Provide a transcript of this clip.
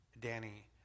Danny